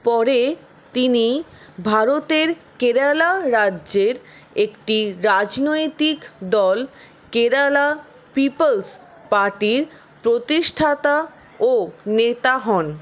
পরে তিনি ভারতের কেরালা রাজ্যের একটি রাজনৈতিক দল কেরালা পিপলস পার্টির প্রতিষ্ঠাতা ও নেতা হন